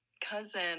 cousin